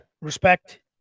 respect